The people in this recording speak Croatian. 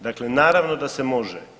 Dakle, naravno da se može.